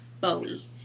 Bowie